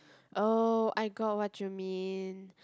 oh I got what you mean